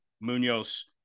Munoz